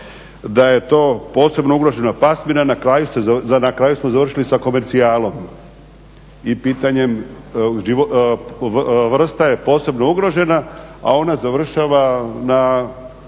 da je to posebno ugrožena pasmina, na kraju smo završili sa komercijalom i pitanjem, vrsta je posebno ugrožena, a ona završava na